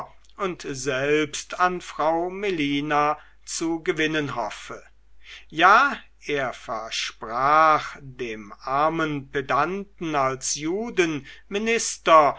und selbst an frau melina zu gewinnen hoffe ja er versprach dem armen pedanten als